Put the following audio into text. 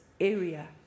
area